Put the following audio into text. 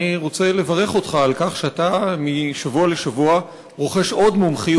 אני רוצה לברך אותך על כך שאתה משבוע לשבוע רוכש עוד מומחיות,